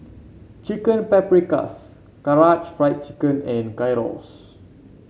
Chicken Paprikas Karaage Fried Chicken and Gyros